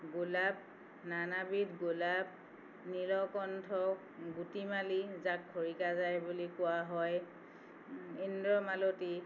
গোলাপ নানা বিধ গোলাপ নীলকণ্ঠ গুটিমালি যাক খৰিকাজাই বুলি কোৱা হয় ইন্দ্ৰমালতী